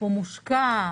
הוא מושקע?